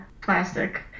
plastic